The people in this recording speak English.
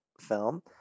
film